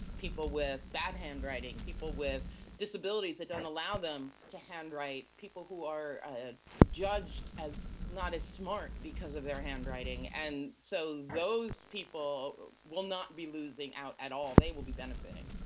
people with bad handwriting, people with disabilities that don't allow them to handwrite, people who are ah judged as not as smart because of their handwriting, and so those people will not be losing out at all, they will be benefiting.